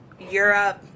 Europe